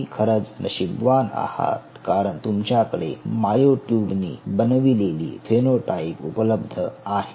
तुम्ही खरच नशीबवान आहात कारण तुमच्याकडे माअयो ट्युब नी बनवलेली फेनोटाइप उपलब्ध आहे